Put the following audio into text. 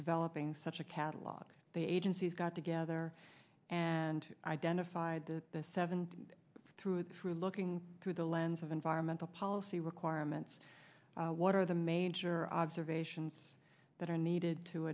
developing such a catalogue of the agencies got together and identified that the seven through it through looking through the lens of environmental policy requirements what are the major observations that are needed to